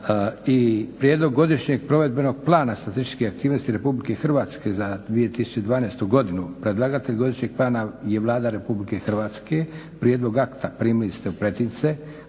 - Prijedlog godišnje provedbenog plana statističkih aktivnosti Republike Hrvatske za 2012.godinu Predlagatelj godišnje plana je Vlada Republike Hrvatske. Prijedlog akta primili ste u pretince.